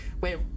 Wait